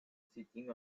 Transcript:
sitting